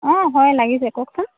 অঁ হয় লাগিছে কওকচোন